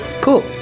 Cool